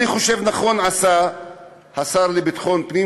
אני חושב שנכון עשה השר לביטחון הפנים.